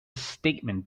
statement